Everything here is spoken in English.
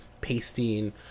pasting